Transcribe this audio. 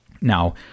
Now